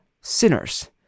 sinners